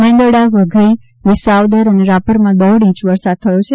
મેંદરડા વઘઇ વિસાવદર અને રાપરમાં દોઢ ઈચ વરસાદ થયો છે